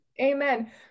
Amen